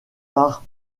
part